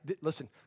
Listen